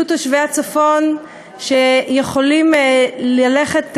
אם יהיו תושבי הצפון שצריכים ללכת,